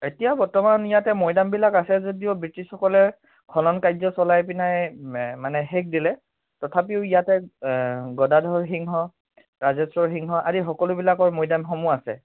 এতিয়া বৰ্তমান ইয়াতে মৈদামবিলাক আছে যদিও ব্ৰিটিছসকলে খননন কাৰ্য চলাই পিনাই মানে শেষ দিলে তথাপিও ইয়াতে গদাধৰ সিংহ ৰাজেশ্বৰ সিংহ আদি সকলোবিলাকৰ মৈদামসমূহ আছে